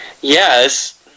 Yes